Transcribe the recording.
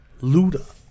Luda